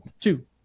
Two